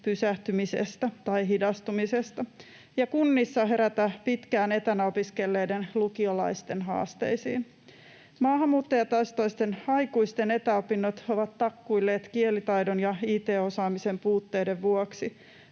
pysähtymisestä tai hidastumisesta — ja kunnissa herätä pitkään etänä opiskelleiden lukiolaisten haasteisiin. Maahanmuuttajataustaisten aikuisten etäopinnot ovat takkuilleet kielitaidon ja it-osaamisen puutteiden vuoksi.